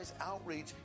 outreach